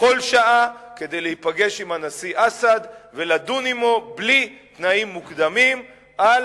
בכל שעה כדי להיפגש עם הנשיא אסד ולדון אתו בלי תנאים מוקדמים על